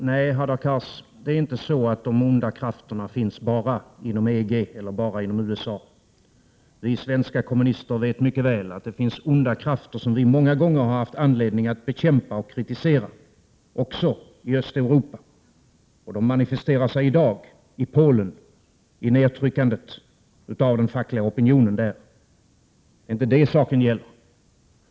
Fru talman! Nej, Hadar Cars, de onda krafterna finns inte bara inom EG eller i USA. Vi svenska kommunister vet mycket väl att det finns onda krafter, som vi många gånger har haft anledning att bekämpa och kritisera, också i Östeuropa. De manifesterar sig i dag i Polen, i nedtryckandet av den fackliga opinionen där. Det är inte det saken gäller.